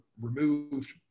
removed